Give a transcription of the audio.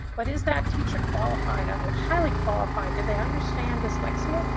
but is that teacher qualified? are they highly-qualified? do they understand dyslexia?